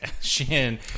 shin